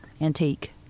antique